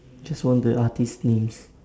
just one of the artist names